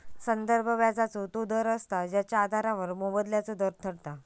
संदर्भ व्याजाचो तो दर असता जेच्या आधारावर मोबदल्याचो दर ठरता